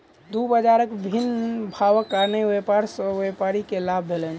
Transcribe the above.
दू बजारक भिन्न भावक कारणेँ व्यापार सॅ व्यापारी के लाभ भेलैन